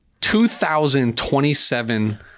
2,027